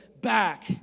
back